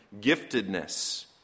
giftedness